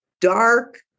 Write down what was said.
dark